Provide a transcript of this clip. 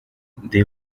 they